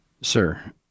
Sir